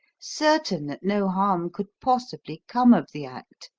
certain that no harm could possibly come of the act.